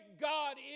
God